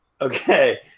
Okay